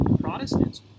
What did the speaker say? Protestants